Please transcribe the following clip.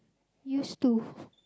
used to